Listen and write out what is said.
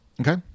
Okay